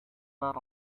not